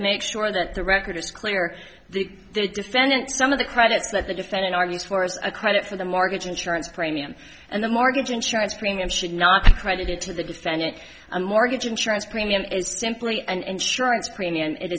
make sure that the record is clear the defendant some of the credits that the defendant argues for is a credit for the mortgage insurance premium and the mortgage insurance premium should not be credited to the defendant a mortgage insurance premium is simply an insurance premium